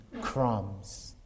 crumbs